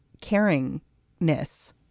caringness